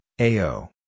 AO